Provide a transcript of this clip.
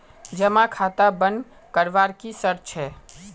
जमा खाता बन करवार की शर्त छे?